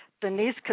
Denise